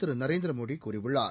திரு நரேந்திரமோடி கூறியுள்ளார்